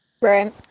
Right